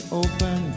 open